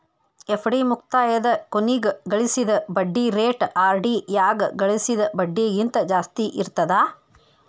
FD ಮುಕ್ತಾಯದ ಕೊನಿಗ್ ಗಳಿಸಿದ್ ಬಡ್ಡಿ ರೇಟ ಆರ್.ಡಿ ಯಾಗ ಗಳಿಸಿದ್ ಬಡ್ಡಿಗಿಂತ ಜಾಸ್ತಿ ಇರ್ತದಾ